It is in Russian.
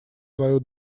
свою